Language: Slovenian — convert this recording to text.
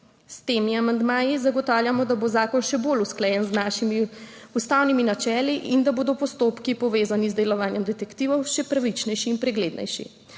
S temi amandmaji zagotavljamo, da bo zakon še bolj usklajen z našimi ustavnimi načeli in da bodo postopki, povezani z delovanjem detektivov, še pravičnejši in preglednejši.